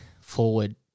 forward